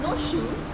no shoe